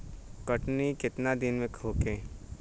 कटनी केतना दिन में होखे?